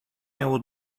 miało